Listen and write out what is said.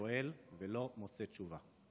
שואל, ולא מוצא תשובה.